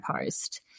post